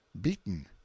beaten